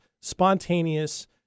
spontaneous